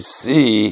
see